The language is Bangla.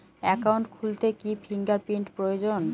একাউন্ট খুলতে কি ফিঙ্গার প্রিন্ট প্রয়োজন?